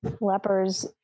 lepers